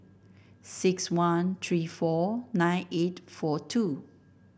six one three four nine eight four two